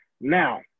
Now